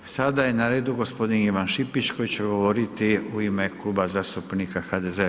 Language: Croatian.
Sada je na redu gospodin Ivan Šipić koji će govoriti u ime Kluba zastupnika HDZ-a.